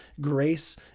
grace